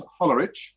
Hollerich